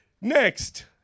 next